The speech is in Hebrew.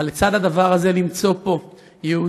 אבל לצד הדבר הזה, למצוא פה יהודים,